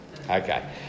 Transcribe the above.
Okay